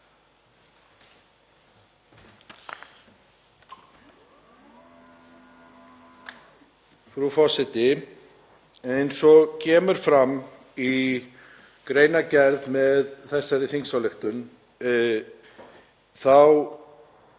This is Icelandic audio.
Frú forseti. Eins og kemur fram í greinargerð með þessari þingsályktun þá